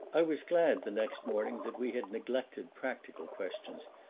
i was glad the next morning that we had neglected practical questions,